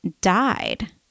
died